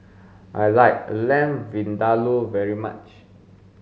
I like Lamb Vindaloo very much